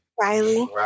Riley